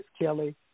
Kelly